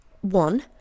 one